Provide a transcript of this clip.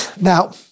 now